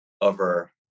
over